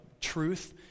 truth